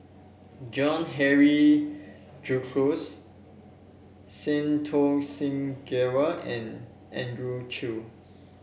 John Henry Duclos Santokh Singh Grewal and Andrew Chew